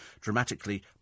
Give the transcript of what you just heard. dramatically